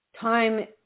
Time